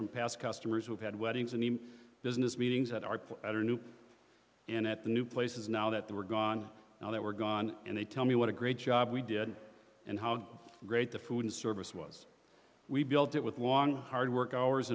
from past customers who had weddings and even business meetings that are that are new and at the new places now that they were gone now they were gone and they tell me what a great job we did and how great the food and service was we built it with long hard work hours